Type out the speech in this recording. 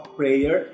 prayer